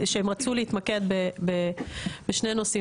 שהם רצו להתמקד בשני נושאים,